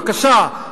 בבקשה,